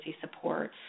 support